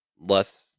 less